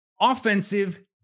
offensive